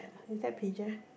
uh it's that pigeon